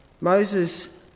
Moses